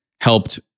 helped